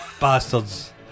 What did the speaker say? bastards